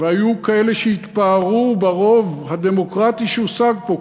והיו כאלה שהתפארו ברוב הדמוקרטי שהושג פה.